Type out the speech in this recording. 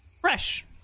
Fresh